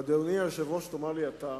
אדוני היושב-ראש, תאמר לי אתה,